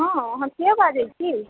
हँ अहाँ के बाजैत छी